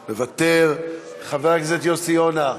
מוותר, חבר הכנסת יוסי יונה,